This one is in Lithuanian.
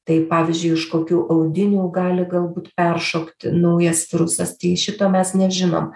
tai pavyzdžiui iš kokių audinių gali galbūt peršokti naujas virusas tai šito mes nežinom